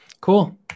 cool